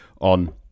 on